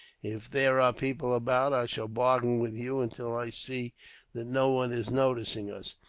if there are people about, i shall bargain with you until i see that no one is noticing us.